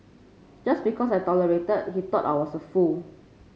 just because I tolerated he thought I was a fool